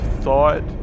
thought